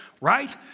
right